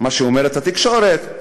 שאומרת התקשורת,